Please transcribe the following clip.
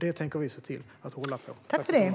Det tänker vi se till att hålla på.